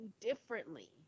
differently